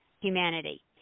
humanity